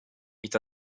est